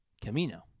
Camino